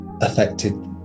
Affected